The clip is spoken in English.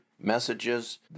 messages